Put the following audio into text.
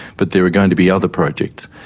but there are going to be other projects.